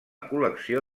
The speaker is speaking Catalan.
col·lecció